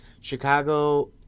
Chicago